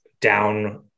down